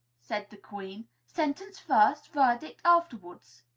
said the queen. sentence first verdict afterwards.